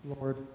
Lord